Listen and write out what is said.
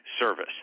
service